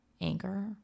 anger